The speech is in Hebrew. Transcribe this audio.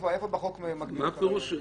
איפה בחוק --- מה פירוש?